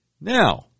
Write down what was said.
Now